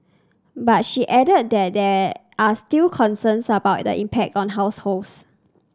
but she added that there are still concerns about the impact on households